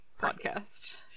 podcast